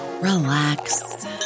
Relax